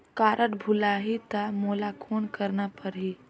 Card भुलाही ता मोला कौन करना परही?